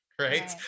Right